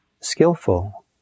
skillful